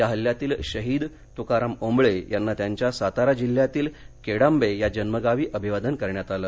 या हल्ल्यातील शहीद तुकाराम ओबळे यांना त्यांच्या सातारा जिल्ह्यातील केडांबे या जन्मगावी अभिवादन करण्यात आलं